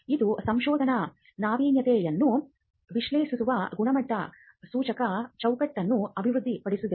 ಇದು ಸಂಶೋಧನಾ ನಾವೀನ್ಯತೆಯನ್ನು ವಿಶ್ಲೇಷಿಸುವ ಗುಣಮಟ್ಟದ ಸೂಚಕ ಚೌಕಟ್ಟನ್ನು ಅಭಿವೃದ್ಧಿಪಡಿಸಿದೆ